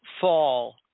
fall